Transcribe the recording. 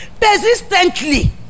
Persistently